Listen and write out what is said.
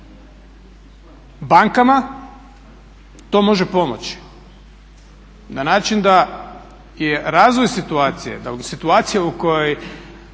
Bankama to može pomoći na način da je razvoj situacije, situacije u kojoj